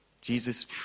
Jesus